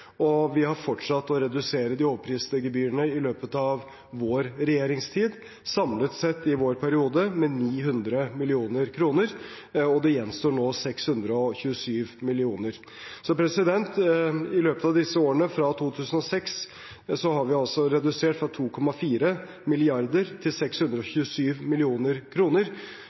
Vi har fortsatt å redusere de overpriste gebyrene i løpet av vår regjeringstid, samlet sett i vår periode med 900 mill. kr, og det gjenstår nå 627 mill. kr. I løpet av disse årene, fra 2006, har vi altså redusert fra 2,4 mrd. kr til 627